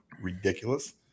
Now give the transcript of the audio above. ridiculous